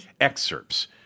excerpts